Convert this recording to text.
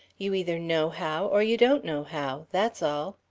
you either know how, or you don't know how. that's all.